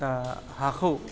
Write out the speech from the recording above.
दा हाखौ